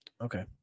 Okay